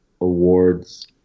awards